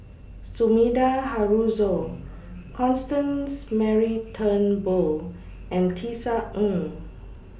Sumida Haruzo Constance Mary Turnbull and Tisa Ng